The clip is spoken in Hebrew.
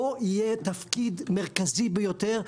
פה יהיה תפקיד מרכזי ביותר,